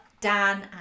Dan